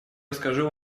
расскажу